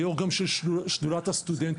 כיושב-ראש גם של שדולת הסטודנטים,